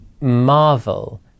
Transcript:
marvel